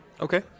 Okay